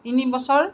তিনি বছৰ